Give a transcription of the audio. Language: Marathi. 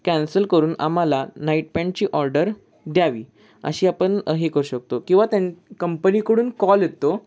कॅन्सल करून आम्हाला नाईट पँटची ऑर्डर द्यावी अशी आपण हे करू शकतो किंवा त्यां कंपनीकडून कॉल येतो